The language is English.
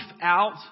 out